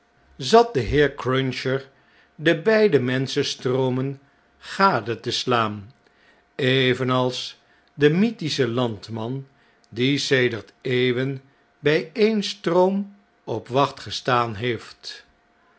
zat de heer cruncher de beide menschenstroomen gade te slaan evenals de mythische landman die sedert eeuwen bjj e'en stroom op wachtgestaanheeft